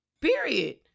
period